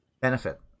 benefit